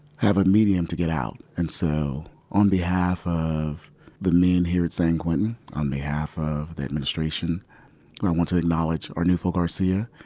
have a medium to get out, and so, on behalf of the men here at san quentin, on behalf of the administration, i want to acknowledge arnulfo garcia,